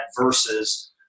versus